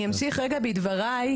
אני אמשיך רגע בדבריי,